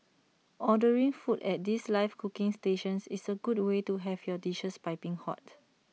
ordering foods at these live cooking stations is A good way to have your dishes piping hot